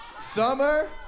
summer